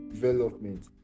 development